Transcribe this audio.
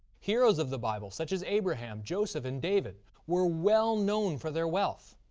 heroes of the bible such as abraham, joseph and david were well known for their wealth.